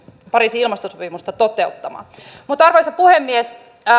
pariisin ilmastosopimusta toteuttamaan arvoisa puhemies